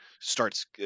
starts